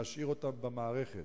להשאיר אותם במערכת.